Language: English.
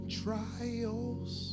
trials